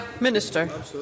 Minister